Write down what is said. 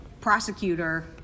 prosecutor